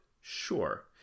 Sure